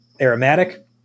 aromatic